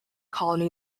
colony